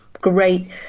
great